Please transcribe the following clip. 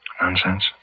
Nonsense